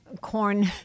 corn